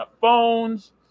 phones